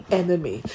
enemy